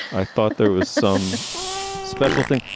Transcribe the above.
i thought there was some special thing.